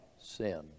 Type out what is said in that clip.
sin